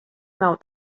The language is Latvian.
nav